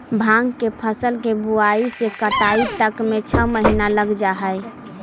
भाँग के फसल के बुआई से कटाई तक में छः महीना लग जा हइ